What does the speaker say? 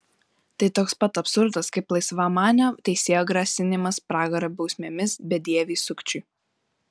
tai toks pat absurdas kaip laisvamanio teisėjo grasinimas pragaro bausmėmis bedieviui sukčiui